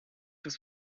was